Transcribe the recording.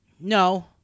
No